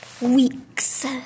week's